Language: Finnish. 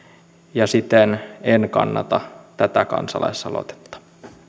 ja siten en kannata tätä kansalaisaloitetta